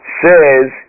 says